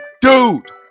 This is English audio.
Dude